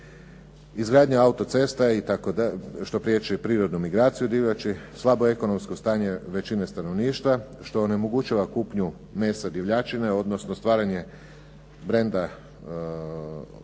izgradnja autocesta, što priječi prirodnu migraciju divljači, slabo ekonomsko stanje većine stanovništva, što onemogućava kupnju mesa divljačine, odnosno stvaranje brenda na